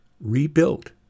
rebuilt